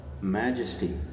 majesty